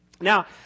Now